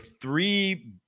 three